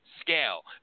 scale